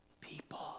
people